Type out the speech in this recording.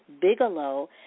Bigelow